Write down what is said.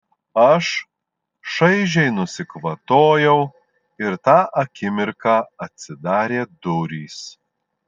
aš šaižiai nusikvatojau ir tą akimirką atsidarė durys